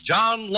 John